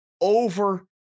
over